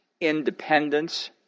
independence